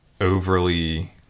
overly